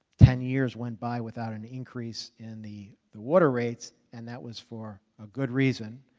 ten years went by without an increase in the the water rates and that was for a good reason.